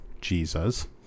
Jesus